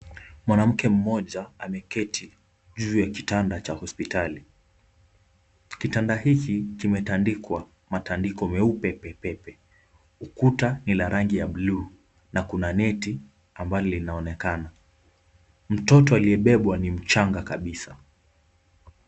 Mwanamke mmoja ameketi juu ya kitanda cha hospitali. Kitanda hiki kimetandikwa matandiko meupe pepepe. Ukuta ni la rangi ya buluu na kuna neti ambalo linaonekana. Mtoto aliyebebwa ni mchanga kabisa.